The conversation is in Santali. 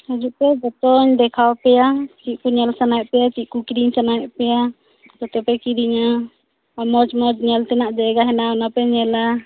ᱦᱤᱡᱩᱜ ᱯᱮ ᱡᱷᱚᱛᱚᱧ ᱫᱮᱠᱷᱟᱣᱟᱯᱮᱭᱟ ᱪᱮᱫ ᱠᱚ ᱧᱮᱞ ᱥᱟᱱᱟᱭᱮᱫ ᱯᱮᱭᱟ ᱪᱮᱫ ᱠᱚ ᱠᱤᱨᱤᱧ ᱥᱟᱱᱟᱭᱮᱫ ᱯᱮᱭᱟ ᱚᱱᱟ ᱯᱮ ᱠᱤᱨᱤᱧᱟ ᱟᱨ ᱢᱚᱸᱡᱽᱼᱢᱚᱸᱡᱽ ᱡᱟᱭᱜᱟ ᱠᱚ ᱦᱮᱱᱟᱜᱼᱟ ᱚᱱᱟᱯᱮ ᱧᱮᱞᱟ